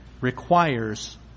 requires